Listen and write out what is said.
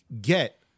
get